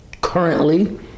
currently